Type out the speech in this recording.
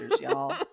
y'all